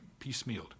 piecemealed